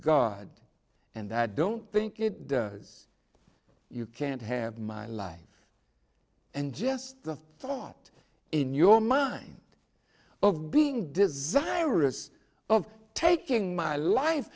god and i don't think it does you can't have my life and just the thought in your mind of being desirous of taking my life